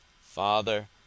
Father